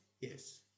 yes